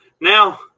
now